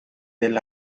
del